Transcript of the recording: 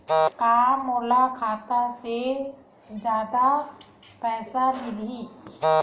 का मोला खाता से जादा पईसा मिलही?